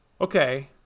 okay